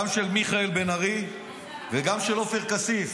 גם של מיכאל בן ארי וגם של עופר כסיף.